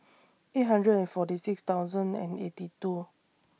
eight hundred and forty six thousand and eighty two